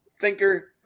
thinker